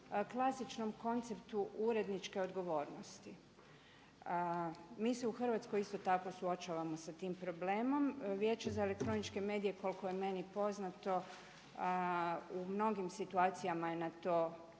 klasičnom konceptu uredničke odgovornosti. Mi se u Hrvatskoj isto tako suočavamo sa tim problemom. Vijeće za elektroničke medije koliko je meni poznato u mnogim situacijama je na to